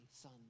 son